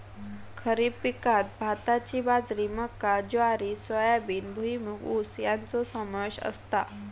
खरीप पिकांत भाताची बाजरी मका ज्वारी सोयाबीन भुईमूग ऊस याचो समावेश असता